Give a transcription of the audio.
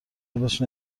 ولش